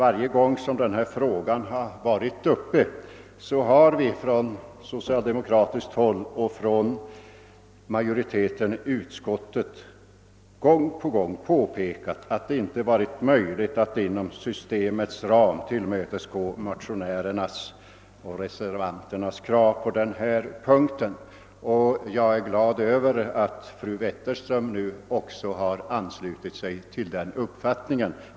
Varje gång denna fråga har varit uppe, har vi från socialdemokratiskt håll och från majoriteten inom utskottet påpekat, att det inte har varit möjligt att inom systemets ram tillmötesgå motionärernas och reservanternas krav på denna punkt. Jag är glad över att även fröken Wetterström nu har anslutit sig till denna uppfattning.